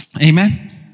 Amen